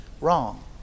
wrong